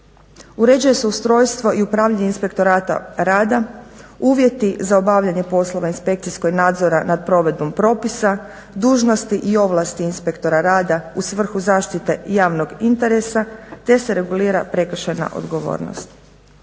Uređuje se ustrojstvo i upravljanje Inspektoratom rada, uvjeti za obavljanje poslova inspekcijskog nadzora nad provedbom propisa, dužnosti i ovlasti inspektora rada u svrhu zaštite javnog interesa te se regulira prekršajna odgovornost.